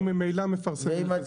אנחנו ממילא מפרסמים.